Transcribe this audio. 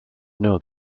know